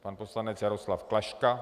Pan poslanec Jaroslav Klaška.